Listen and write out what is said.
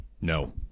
No